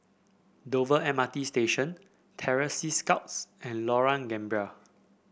Dover M R T Station Terror Sea Scouts and Lorong Gambir